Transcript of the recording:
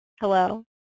hello